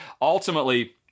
ultimately